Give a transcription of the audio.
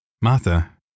Martha